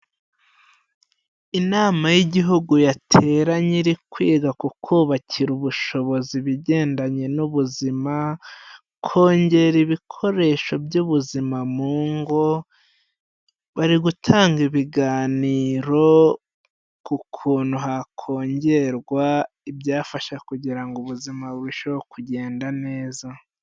Inama y'Igihugu yateranye iri kwiga ku kubabakira ubushobozi ibigendanye n'ubuzima, kongera ibikoresho by'ubuzima mu ngo, bari gutanga ibiganiro ku kuntu hakongerwa ibyafasha kugira ngo ubuzima burusheho kugenda neza.